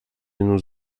nous